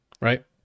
right